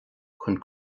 chun